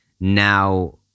now